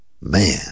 Man